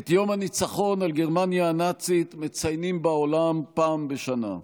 את יום הניצחון על גרמניה הנאצית מציינים בעולם פעם בשנה.